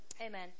Amen